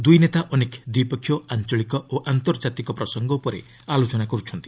ଦୁଇନେତା ଅନେକ ଦ୍ୱିପକ୍ଷ ଆଞ୍ଚଳିକ ଓ ଆନ୍ତର୍ଜାତିକ ପ୍ରସଙ୍ଗ ଉପରେ ଆଲୋଚନା କରୁଛନ୍ତି